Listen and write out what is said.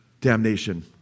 damnation